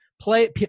play